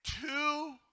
two